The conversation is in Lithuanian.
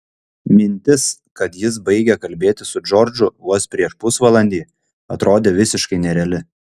mintis kad jis baigė kalbėti su džordžu vos prieš pusvalandį atrodė visiškai nereali